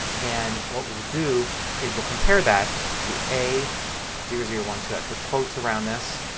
and what we'll do is we'll compare that to a zero zero one two. i'll put quotes around this